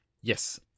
Yes